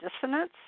dissonance